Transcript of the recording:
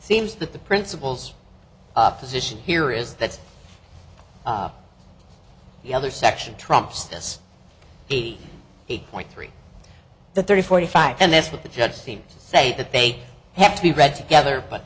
seems that the principles position here is that the other section trumps this eighty eight point three the thirty forty five and that's what the judge seems say that they have to be read together but